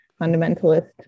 fundamentalist